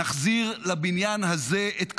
נחזיר לבניין הזה את כבודו,